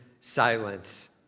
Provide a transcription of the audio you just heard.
silence